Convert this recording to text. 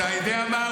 אתה יודע מה?